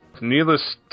Needless